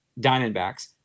Diamondbacks